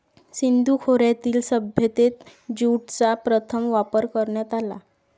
सिंधू खोऱ्यातील सभ्यतेत ज्यूटचा प्रथम वापर करण्यात आला